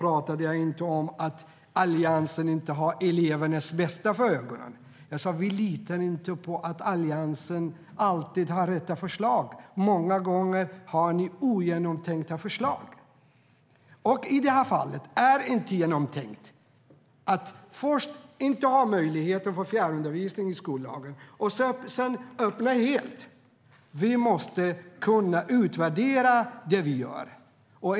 Jag sa inte att Alliansen inte har elevernas bästa för ögonen. Jag sa att vi inte litar på att Alliansen har rätt förslag. Många gånger har ni ogenomtänkta förslag.I det här fallet är det inte genomtänkt. Först har man inte möjlighet att få fjärrundervisning enligt skollagen, och sedan öppnas det helt. Vi måste kunna utvärdera det vi gör.